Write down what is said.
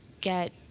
get